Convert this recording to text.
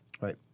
Right